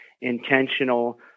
intentional